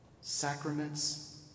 Sacraments